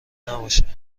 نباشه